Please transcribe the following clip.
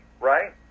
Right